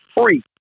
free